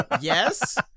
Yes